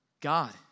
God